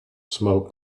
smoke